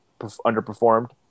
underperformed